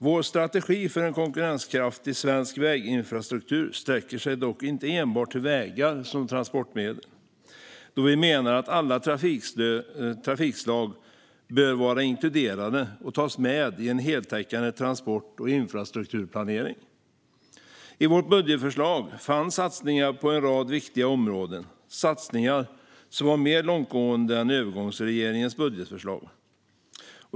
Vår strategi för en konkurrenskraftig svensk väginfrastruktur sträcker sig dock inte enbart till vägar som transportmedel, då vi menar att alla trafikslag bör vara inkluderade och tas med i en heltäckande transport och infrastrukturplanering. I vårt budgetförslag fanns satsningar på en rad viktiga områden, satsningar som var mer långtgående än övergångsregeringens budgetförslag.